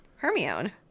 Hermione